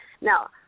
Now